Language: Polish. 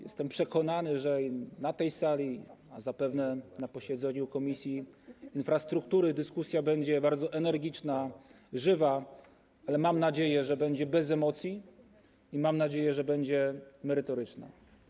Jestem przekonany, że na i tej sali, i zapewne na posiedzeniu Komisji Infrastruktury dyskusja będzie bardzo energiczna, żywa, ale mam nadzieję, że będzie bez emocji, i mam nadzieję, że będzie merytoryczna.